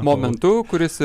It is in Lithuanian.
momentu kuris